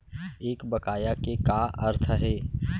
एक बकाया के का अर्थ हे?